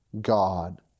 God